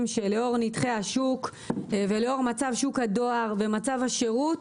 שלאור נתחי השוק ולאור מצב שוק הדואר ומצב השירות,